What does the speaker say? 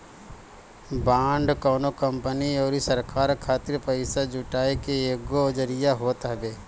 bond कवनो company अउरी सरकार खातिर पईसा जुटाए के एगो जरिया होत हवे